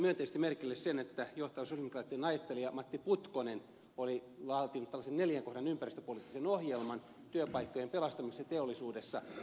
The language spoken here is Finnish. panin myönteisesti merkille sen että johtava sosialidemokraattinen ajattelija matti putkonen oli laatinut tällaisen neljän kohdan ympäristöpoliittisen ohjelman työpaikkojen pelastamiseksi teollisuudessa